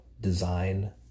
design